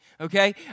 Okay